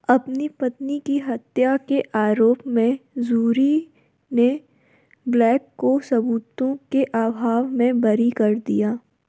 अपनी पत्नी की हत्या के आरोप में जूरी ने ब्लैक को सबूतों के अभाव में बरी कर दिया